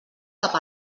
cap